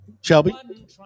Shelby